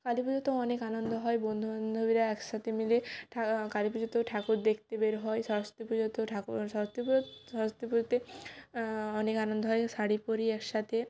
কালী পুজোতেও অনেক আনন্দ হয় বন্ধু বান্ধবীরা একসাথে মিলে ঠা কালী পুজোতেও ঠাকুর দেখতে বের হয় সরস্বতী পুজোতেও ঠাকুর সরস্বতী পুজো সরস্বতী পুজোতে অনেক আনন্দ হয় শাড়ি পরি একসাথে